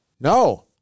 No